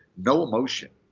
no emotion.